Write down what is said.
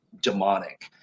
demonic